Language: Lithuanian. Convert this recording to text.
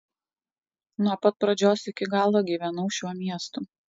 nuo pat pradžios iki galo gyvenau šiuo miestu